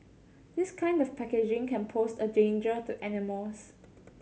this kind of packaging can pose a danger to animals